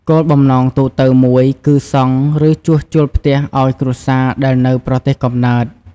គោលបំណងទូទៅមួយគឺសង់ ឬជួសជុលផ្ទះឱ្យគ្រួសារដែលនៅប្រទេសកំណើត។